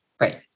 Right